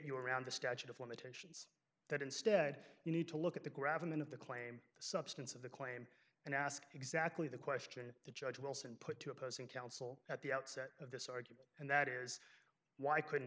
you around the statute of limitations that instead you need to look at the graviton of the claim the substance of the claim and ask exactly the question the judge wilson put two opposing counsel at the outset of this argument and that is why couldn't